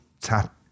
tap